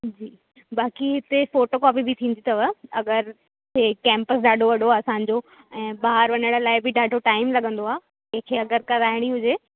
जी बाक़ी हिते photocopy बि थींदी अथव अगरि कें कैंपस ॾाढो वॾो असांजो ऐं ॿाहिरि वञण लाइ बि ॾाढो टाइम लॻंदो आहे कंहिंखे अगरि कराइणी हुजे